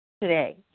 today